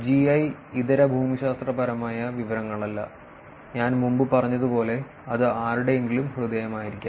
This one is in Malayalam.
ജിഐ ഇതര ഭൂമിശാസ്ത്രപരമായ വിവരങ്ങളല്ല ഞാൻ മുമ്പ് പറഞ്ഞതുപോലെ അത് ആരുടെയെങ്കിലും ഹൃദയമായിരിക്കാം